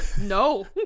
no